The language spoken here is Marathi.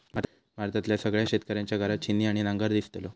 भारतातल्या सगळ्या शेतकऱ्यांच्या घरात छिन्नी आणि नांगर दिसतलो